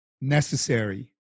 necessary